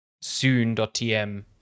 soon.tm